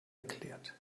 erklärt